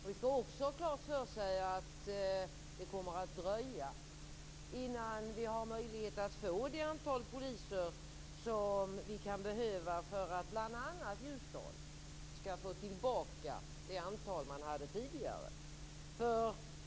Man skall också ha klart för sig att det kommer att dröja innan vi har möjlighet att få det antal poliser som vi kan behöva för att bl.a. Ljusdal skall få tillbaka det antal man hade tidigare.